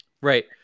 Right